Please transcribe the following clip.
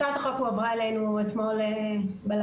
הצעת החוק הועברה אלינו אתמול בלילה.